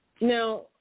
Now